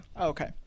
Okay